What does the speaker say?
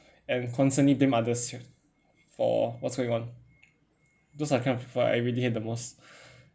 and constantly blame others for what's going on those are the kind of people I really hate the most